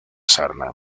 sarna